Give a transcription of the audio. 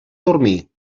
dormir